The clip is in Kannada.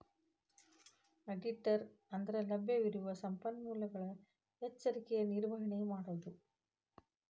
ಆಡಿಟರ ಅಂದ್ರಲಭ್ಯವಿರುವ ಸಂಪನ್ಮೂಲಗಳ ಎಚ್ಚರಿಕೆಯ ನಿರ್ವಹಣೆ ಮಾಡೊದು